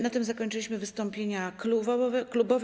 Na tym zakończyliśmy wystąpienia klubowe.